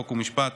חוק ומשפט,